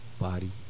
body